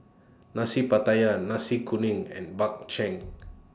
Nasi Pattaya Nasi Kuning and Bak Chang